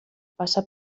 passa